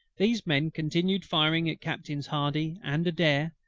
these men continued firing at captains hardy and adair,